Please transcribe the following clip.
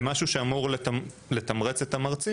זה משהו שאמור לתמרץ את המרצים,